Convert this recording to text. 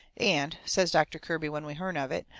and, says doctor kirby, when we hearn of it,